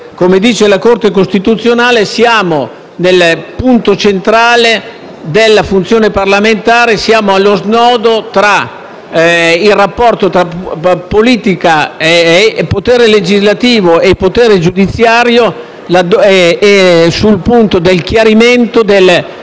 come dice la Corte costituzionale, siamo nel punto centrale della funzione parlamentare; siamo allo snodo del rapporto tra politica, potere legislativo e potere giudiziario sul punto del chiarimento dei